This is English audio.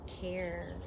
care